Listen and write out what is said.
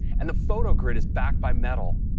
and the photo grid is back by metal.